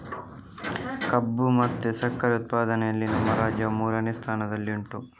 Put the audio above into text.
ಕಬ್ಬು ಮತ್ತೆ ಸಕ್ಕರೆ ಉತ್ಪಾದನೆಯಲ್ಲಿ ನಮ್ಮ ರಾಜ್ಯವು ಮೂರನೇ ಸ್ಥಾನದಲ್ಲಿ ಉಂಟು